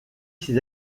ses